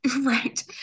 Right